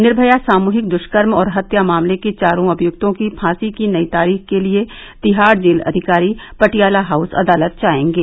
निर्मया सामूहिक दुष्कर्म और हत्या मामले के चारों अभियुक्त की फांसी की नई तारीख के लिए तिहाड़ जेल अधिकारी पटियाला हाऊस अदालत जाएंगे